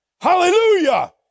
Hallelujah